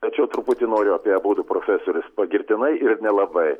tačiau truputį noriu apie abudu profesorius pagirtinai ir nelabai